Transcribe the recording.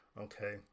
Okay